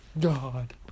God